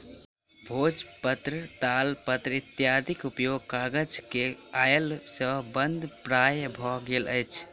भोजपत्र, तालपत्र इत्यादिक उपयोग कागज के अयला सॅ बंद प्राय भ गेल अछि